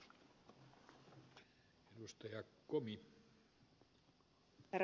herra puhemies